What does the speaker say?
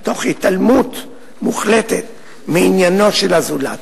תוך התעלמות מוחלטת מעניינו של הזולת.